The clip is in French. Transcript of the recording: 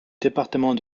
département